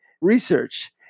research